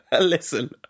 Listen